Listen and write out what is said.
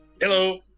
Hello